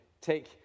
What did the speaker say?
take